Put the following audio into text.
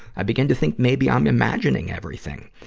i begin to think maybe i'm imagining everything.